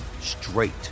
straight